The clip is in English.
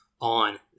on